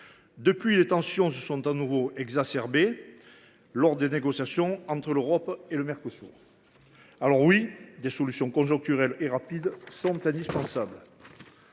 Depuis lors, les tensions se sont de nouveau exacerbées lors des négociations entre l’Europe et le Mercosur. Alors oui, des solutions conjoncturelles et rapides sont indispensables.